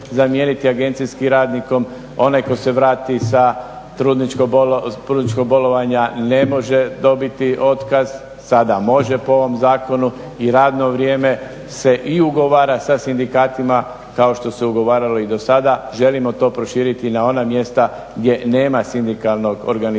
zamijeniti agencijskim radnikom, onaj tko se vrati sa trudničkog bolovanja ne može dobiti otkaz, sada može po ovom zakonu i radno vrijeme se i ugovara sa sindikatima kao što se ugovaralo i do sada, želimo to proširiti na ona mjesta gdje nema sindikalnog organiziranja